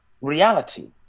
reality